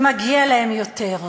מגיע להם יותר,